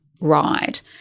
Right